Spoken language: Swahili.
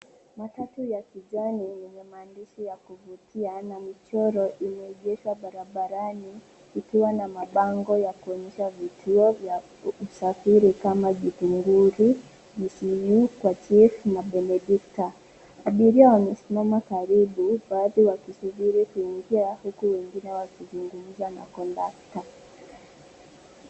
Matatu ya kijani yenye maandishi ya kuvutia na michoro, imeegeshwa barabarani ikiwa na mabango ya kuonyesha vituo vya usafiri kama Githunguri, USIU, Kwa Chief na Benedictor. Abiria wamesimama karibu, baadhi wakisubiri kuingia huku wengine wakizungumza na kondakta.